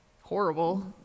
horrible